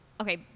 okay